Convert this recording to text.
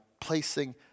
placing